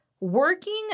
Working